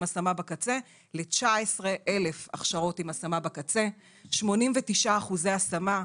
השמה בקצה ל-19,000 הכשרות עם השמה בקצה ו-89% השמה.